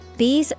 Bees